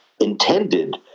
intended